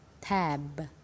tab